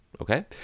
Okay